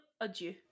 adieu